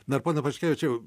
na ir pone paškevičiau